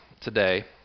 today